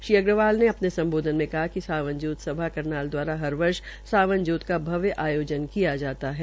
श्री अग्रवाल ने अपने सम्बोधन में कहा कि सावन ज्योत सभा करनाल द्वारा हर वर्ष सावन जोत का भव्य आयोजन किया जाता है